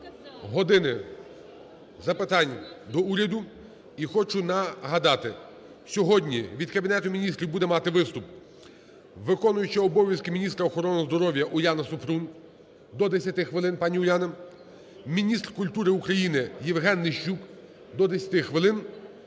"години запитань до Уряду". І хочу нагадати: сьогодні від Кабінету Міністрів буде мати виступ виконуючий обов'язки міністра охорони здоров'я Уляна Супрун (до 10 хвилин, пані Уляна), міністр культури України ЄвгенНищук (до 10 хвилин).